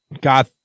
got